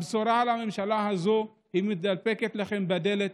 הבשורה מהממשלה הזאת מידפקת לכם בדלת,